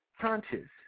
conscious